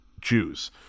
Jews